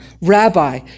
Rabbi